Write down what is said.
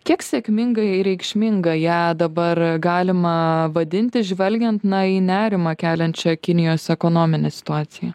kiek sėkmingai reikšminga ją dabar galima vadinti žvelgiant į nerimą keliančią kinijos ekonominę situaciją